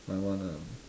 my one ah